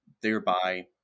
thereby